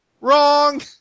Wrong